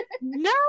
No